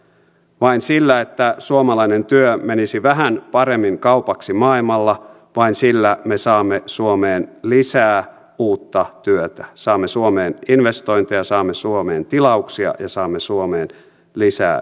vain sillä että suomalainen työ menisi vähän paremmin kaupaksi maailmalla me saamme suomeen lisää uutta työtä saamme suomeen investointeja saamme suomeen tilauksia ja saamme suomeen lisää työtä